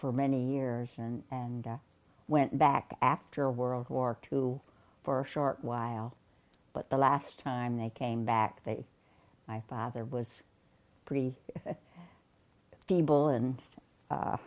for many years and and went back after world war two for a short while but the last time they came back they my father was pretty feeble and